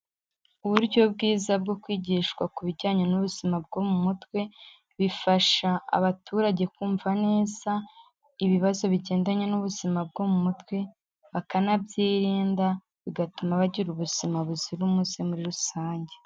Uburyo bwiza bwo kwigishwa ku bijyanye n'ubuzima bwo mu mutwe, bifasha abaturage kumva neza ibibazo bigendanye n'ubuzima bwo mu mutwe, bakanabyirinda, bigatuma bagira ubuzima buzira umuze muri rusange.